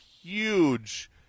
huge